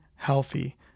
healthy